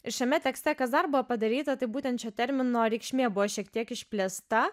ir šiame tekste kas dar buvo padaryta tai būtent šio termino reikšmė buvo šiek tiek išplėsta